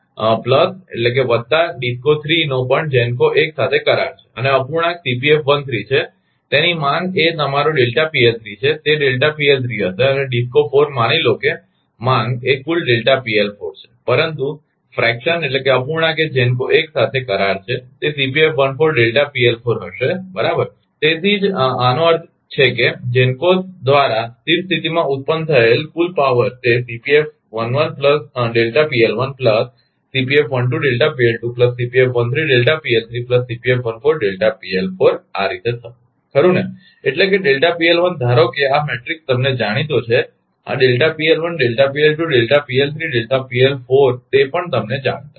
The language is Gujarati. તેથી પછી વત્તા DISCO 3 નો પણ GENCO 1 સાથે કરાર છે અને અપૂર્ણાંક છે તેની માંગ એ તમારો છે તે હશે અને DISCO 4 માની લો કે માંગ એ કુલ છે પરંતુ અપૂર્ણાંક એ GENCO 1 સાથે કરાર છે તે હશે બરાબર તેથી જ આનો અર્થ છે કે GENCOs દ્વારા સ્થિર સ્થિતીમાં ઉત્પન્ન થયેલ કુલ પાવર તે આ રીતે થશે ખરુ ને એટલે કે ધારો કે આ મેટ્રિક્સ તમને જણીતો છે આ તે પણ તમને જાણીતા છે